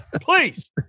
Please